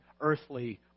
earthly